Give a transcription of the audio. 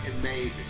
amazing